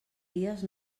dies